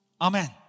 Amen